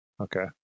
Okay